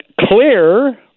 clear